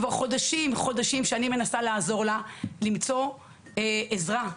כבר חודשים שאני מנסה לעזור לה למצוא עזרה,